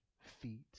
feet